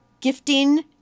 gifting